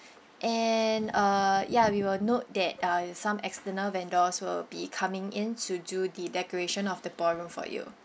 and uh ya we will note that uh some external vendors will be coming in to do the decoration of the ballroom for you